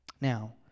now